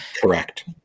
correct